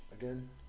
again